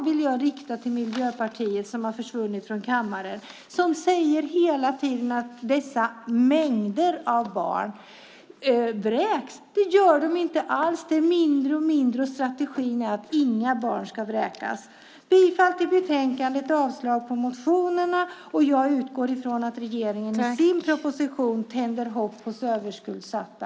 Jag riktar frågan till Miljöpartiet som hela tiden säger att mängder av barn vräks. Det stämmer inte; det blir färre och färre. Strategin är att inga barn ska vräkas. Jag yrkar bifall till utskottets förslag och avslag på motionerna. Jag utgår från att regeringen i sin proposition tänder hopp hos överskuldsatta.